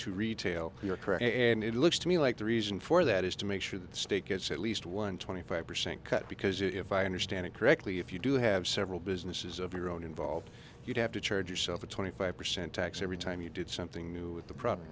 to retail you're correct and it looks to me like the reason for that is to make sure that state gets at least one twenty five percent cut because if i understand it correctly if you do have several businesses of your own involved you'd have to charge yourself a twenty five percent tax every time you did something new with the product